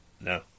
no